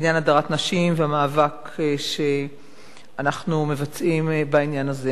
בעניין הדרת נשים והמאבק שאנחנו מבצעים בעניין הזה.